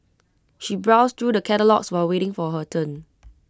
she browsed through the catalogues while waiting for her turn